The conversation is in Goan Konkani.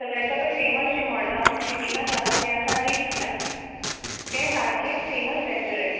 सगळ्याच्याकूय फेमस अशें मडगांव सिटीन आसा तें आसा रिटज क्लासीक तें सारकेंच फेमस रेस्टोरंट